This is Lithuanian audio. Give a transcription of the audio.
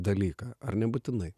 dalyką ar nebūtinai